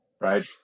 right